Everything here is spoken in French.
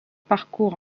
parcourt